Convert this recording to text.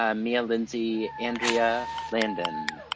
ah mia, lindsay, andrea, landon.